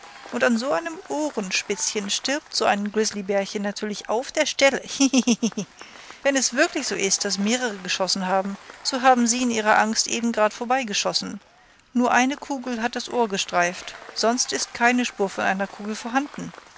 und an so einem ohrenspitzchen stirbt so ein grizzlybärchen natürlich auf der stelle hihihihi wenn es wirklich so ist daß mehrere geschossen haben so haben sie in ihrer angst eben grad vorbeigeschossen nur eine kugel hat das ohr gestreift sonst ist keine spur von einer kugel vorhanden